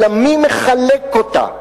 אלא מי מחלק אותה.